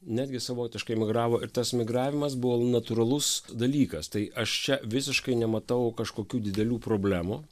netgi savotiškai migravo ir tas migravimas buvo natūralus dalykas tai aš čia visiškai nematau kažkokių didelių problemų